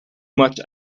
much